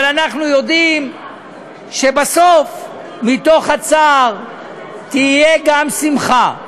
אבל אנחנו יודעים שבסוף, מתוך הצער תהיה גם שמחה.